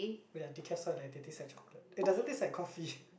oh ya decaf soy latte taste like chocolate it doesn't taste like coffee